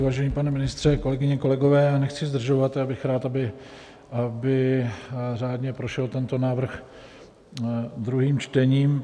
Vážený pane ministře, kolegyně, kolegové, nechci zdržovat, já bych rád, aby řádně prošel tento návrh druhým čtením.